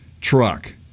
truck